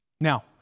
Now